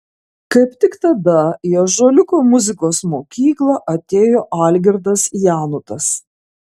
kaip tik tada į ąžuoliuko muzikos mokyklą atėjo algirdas janutas